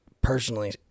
personally